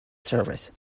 service